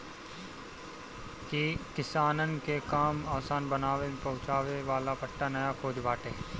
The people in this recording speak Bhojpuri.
किसानन के काम के आसान बनावे में पहुंचावे वाला पट्टा नया खोज बाटे